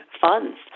funds